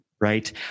Right